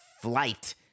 flight